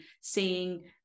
seeing